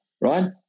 right